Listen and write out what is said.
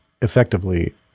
effectively